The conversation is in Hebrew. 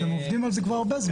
אתם עובדים על זה כבר הרבה זמן.